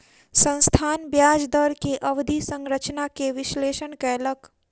संस्थान ब्याज दर के अवधि संरचना के विश्लेषण कयलक